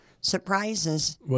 surprises